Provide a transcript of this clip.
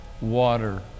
water